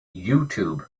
youtube